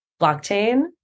blockchain